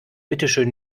bitteschön